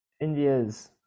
India's